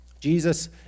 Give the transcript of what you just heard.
Jesus